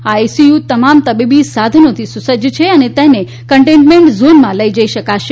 આ આઈસીયુ તમામ તબીબી સાધનોથી સુસજ્જ છે અને તેને કન્ટેનઇમેન્ટ ઝોનમાં લઈ જઈ શકાશે